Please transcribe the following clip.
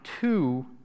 two